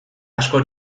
asko